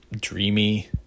dreamy